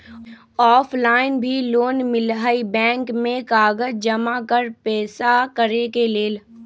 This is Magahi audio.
ऑफलाइन भी लोन मिलहई बैंक में कागज जमाकर पेशा करेके लेल?